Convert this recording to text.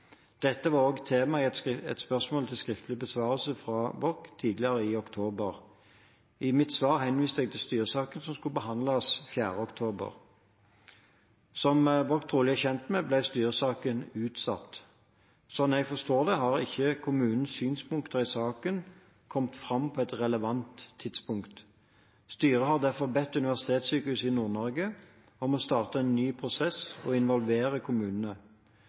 Dette var også tema i et spørsmål til skriftlig besvarelse fra Borch tidligere i oktober. I mitt svar henviste jeg til styresaken som skulle behandles 4. oktober. Som Borch trolig er kjent med, ble styresaken utsatt. Slik jeg forstår det, har ikke kommunenes synspunkter i saken kommet fram på et relevant tidspunkt. Styret har derfor bedt Universitetssykehuset Nord-Norge om å starte en ny prosess og involvere kommunene.